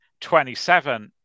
£27